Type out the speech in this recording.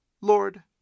Lord